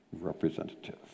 representative